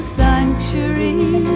sanctuary